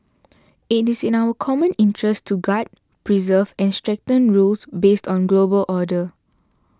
it is in our common interest to guard preserve and strengthen rules based on global order